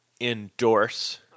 endorse